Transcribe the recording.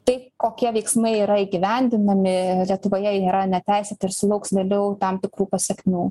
tai kokie veiksmai yra įgyvendinami lietuvoje jie yra neteisėti ir sulauks vėliau tam tikrų pasekmių